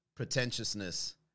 Pretentiousness